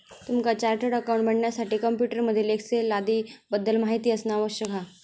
तुमका chartered accountant बनण्यासाठी computer मधील एक्सेल आदीं बद्दल माहिती असना आवश्यक हा